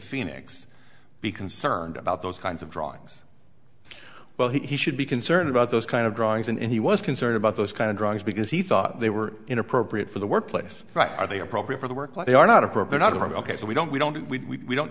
phoenix be concerned about those kinds of drawings well he should be concerned about those kind of drawings and he was concerned about those kind of drawings because he thought they were inappropriate for the workplace are they appropriate for the work like they are not appropriate ok so we don't we don't we don't